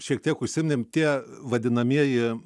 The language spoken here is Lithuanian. šiek tiek užsiminėm tie vadinamieji